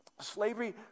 slavery